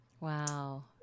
Wow